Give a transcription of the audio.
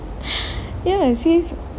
ya see